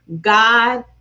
God